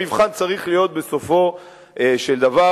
המבחן צריך להיות בסופו של דבר,